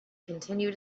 continue